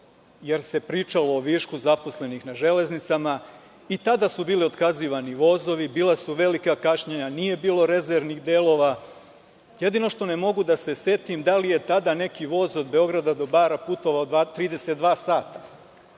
jer se pričalo o višku zaposlenih u „Železnicama“. I tada su bili otkazivani vozovi i bila su velika kašnjenja. Nije bilo rezervnih delova. Jedino što ne mogu da se setim da li je tada neki voz od Beograda do Bara putova 32 sata.